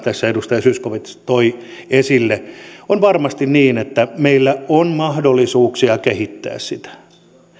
tässä edustaja zyskowicz toi esille paikallisen sopimuksen tavoitteita niin varmasti meillä on mahdollisuuksia kehittää sitä